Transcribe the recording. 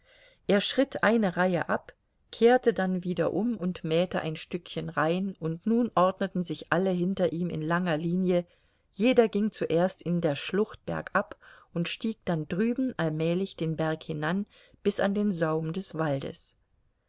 er schritt eine reihe ab kehrte dann wieder um und mähte ein stückchen rein und nun ordneten sich alle hinter ihm in langer linie jeder ging zuerst in der schlucht bergab und stieg dann drüben allmählich den berg hinan bis an den saum des waldes